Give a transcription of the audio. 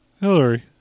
Hillary